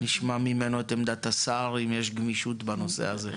נשמע ממנו את עמדת השר, אם יש גמישות בנושא הזה.